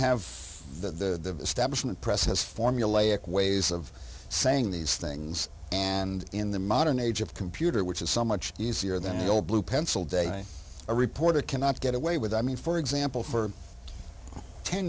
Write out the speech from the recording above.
have the establishment press has formulaic ways of saying these things and in the modern age of computer which is some much easier than the old blue pencil day a reporter cannot get away with i mean for example for ten